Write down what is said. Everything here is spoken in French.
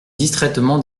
distraitement